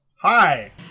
Hi